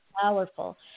powerful